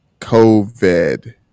COVID